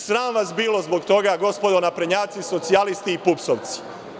Sram vas bilo zbog toga gospodo naprednjaci, socijalisti i pupsovci.